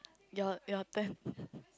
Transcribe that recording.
your your turn